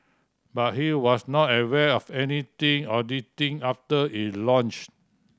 but he was not aware of anything auditing after it launched